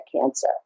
cancer